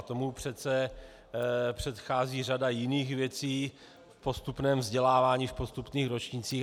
Tomu přece předchází řada jiných věcí v postupném vzdělávání, v postupných ročnících.